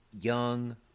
Young